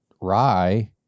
rye